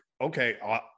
okay